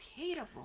hateable